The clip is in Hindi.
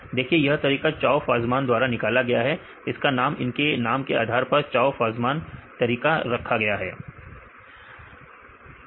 देखिए यह तरीका Chou Fasman द्वारा निकाला गया है इसका नाम इनके नाम के आधार पर Chou Fasman तरीका रखा गया है